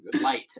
light